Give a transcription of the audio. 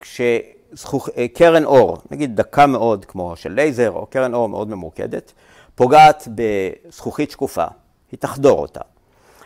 ‫כשקרן אור, נגיד דקה מאוד, ‫כמו של לייזר או קרן אור מאוד ממוקדת, ‫פוגעת בזכוכית שקופה, ‫היא תחדור אותה.